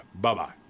Bye-bye